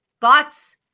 thoughts